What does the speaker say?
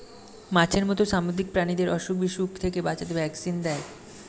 মাছের মত সামুদ্রিক প্রাণীদের অসুখ বিসুখ থেকে বাঁচাতে ভ্যাকসিন দেয়